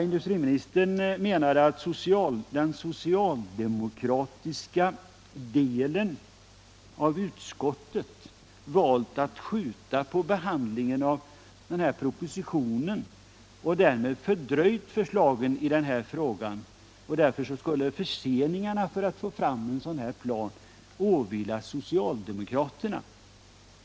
Industriministern menade att den socialdemokratiska delen av utskottet valt att skjuta upp behandlingen av propositionen och att därför ansvaret för förseningarna 1 arbetet med att få fram en sådan plan skulle åvila socialdemokraterna.